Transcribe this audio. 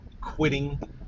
quitting